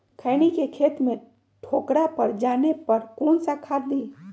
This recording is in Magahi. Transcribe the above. खैनी के खेत में ठोकरा पर जाने पर कौन सा खाद दी?